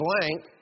blank